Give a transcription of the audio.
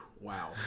wow